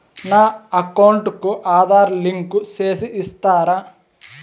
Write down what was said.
నా అకౌంట్ కు ఆధార్ లింకు సేసి ఇస్తారా?